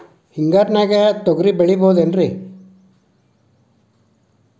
ಹಿಂಗಾರಿನ್ಯಾಗ ತೊಗ್ರಿ ಬೆಳಿಬೊದೇನ್ರೇ?